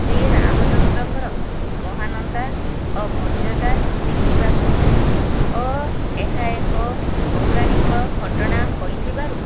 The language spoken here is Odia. ଶ୍ରୀରାମଚନ୍ଦ୍ରଙ୍କର ମହାନତା ଓ ମର୍ଯ୍ୟାଦା ଶିଖିବାକୁ ମିଳେ ଓ ଏହା ଏକ ପୌରାଣୀଙ୍କ ଘଟଣା ହୋଇଥିବାରୁ